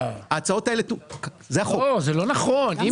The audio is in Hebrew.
לא, זה לא נכון.